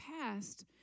past